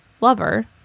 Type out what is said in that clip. lover